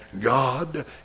God